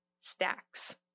Stacks